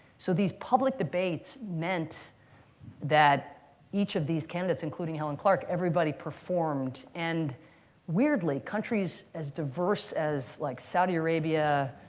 so these public debates meant that each of these candidates, including helen clark everybody performed. and weirdly, countries as diverse as like saudi arabia,